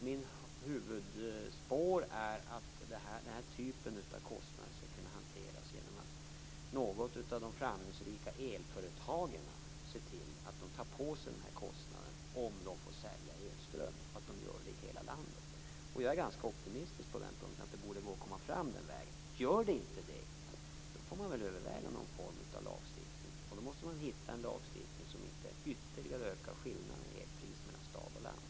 Mitt huvudspår är att den här typen av kostnad skall kunna hanteras genom att något av de framgångsrika elföretagen tar på sig denna kostnad om de får sälja elström i hela landet. Jag är ganska optimistisk och tror att det borde gå att komma fram den vägen. Gör det inte det, får man väl överväga någon form av lagstiftning. Då måste man finna en lagstiftning som inte ytterligare ökar skillnaden i elpris mellan stad och land.